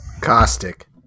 Caustic